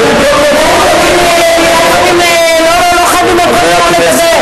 כדאי לפעמים, לא חייבים על כל דבר לדבר.